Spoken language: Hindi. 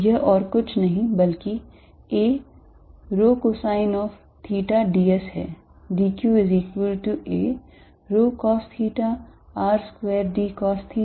तो यह और कुछ बल्कि a rho cosine of theta d s है